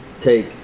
take